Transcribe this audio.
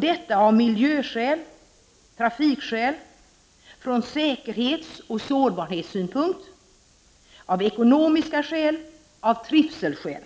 Detta är av miljöskäl, trafikskäl, från säkerhetsoch sårbarhetssynpunkt, av ekonomiska skäl och av trivselskäl.